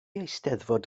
eisteddfod